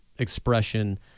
expression